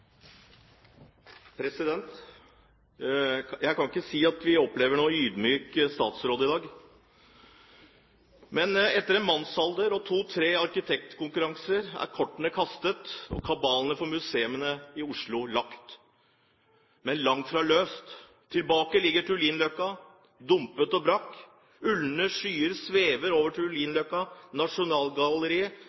nr. 2. Jeg kan ikke si at vi opplever noen ydmyk statsråd i dag. Men etter en mannsalder og to–tre arkitektkonkurranser er kortene kastet og kabalen for museene i Oslo lagt, men langt fra løst. Tilbake ligger Tullinløkka, dumpet og brakk. Ulne skyer svever over Tullinløkka og Nasjonalgalleriet,